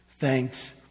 thanks